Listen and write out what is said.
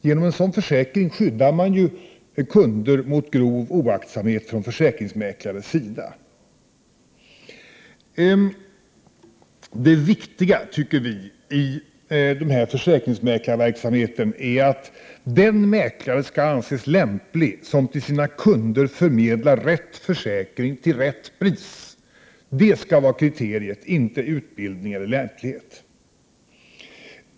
Genom en sådan försäkring skyddar man kunder mot grov oaktsamhet från försäkringsmäklares sida. Vi tycker att det viktiga i den här försäkringsmäklarverksamheten är att den mäklare skall anses lämplig som till sina kunder förmedlar rätt försäkring till rätt pris. Det skall vara kriteriet — inte utbildning eller lämplighet.